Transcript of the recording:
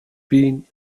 been